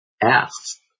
asked